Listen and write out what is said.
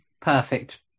perfect